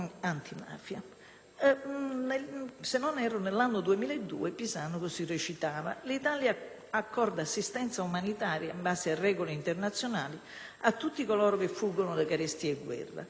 accorda assistenza umanitaria in base alle regole internazionali a tutti coloro che fuggono da carestie e guerre. Ma contrasta l'immigrazione irregolare, avendo l'obiettivo di favorire quella regolare». Gli immigrati clandestini,